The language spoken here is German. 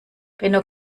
benno